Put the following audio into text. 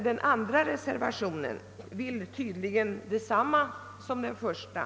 Den andra reservationen syftar tydligen till detsamma som den första.